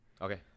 Okay